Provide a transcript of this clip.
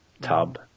tub